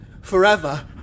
Forever